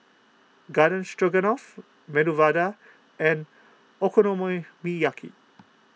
Garden Stroganoff Medu Vada and